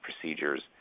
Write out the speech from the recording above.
procedures